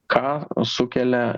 ką sukelia